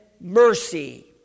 mercy